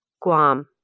Guam